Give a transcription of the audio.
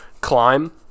climb